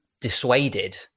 dissuaded